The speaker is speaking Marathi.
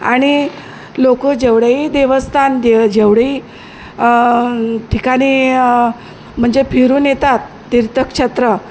आणि लो जेवढेही देवस्थान दे जेवढेही ठिकाणी म्हणजे फिरून येतात तीर्थक्षेत्र